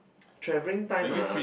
traveling time ah